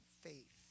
faith